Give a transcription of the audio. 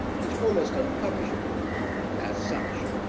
which almost unpublishable as such,